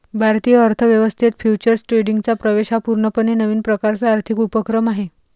भारतीय अर्थ व्यवस्थेत फ्युचर्स ट्रेडिंगचा प्रवेश हा पूर्णपणे नवीन प्रकारचा आर्थिक उपक्रम आहे